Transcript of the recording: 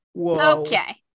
Okay